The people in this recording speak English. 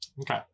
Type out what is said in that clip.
Okay